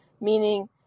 meaning